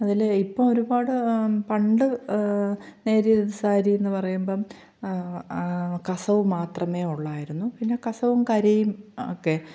അതിൽ ഇപ്പോൾ ഒരുപാട് പണ്ട് നേരിയത് സാരി എന്ന് പറയുമ്പം കസവ് മാത്രമേ ഉള്ളായിരുന്നു പിന്നെ കസവും കരയും ഒക്കെ